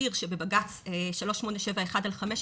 ולהסביר שבבג"ץ 3871/15